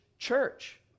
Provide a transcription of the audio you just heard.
Church